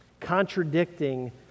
contradicting